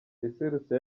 yaserutse